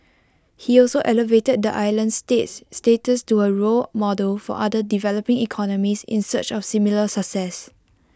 he also elevated the island state's status to A role model for other developing economies in search of similar success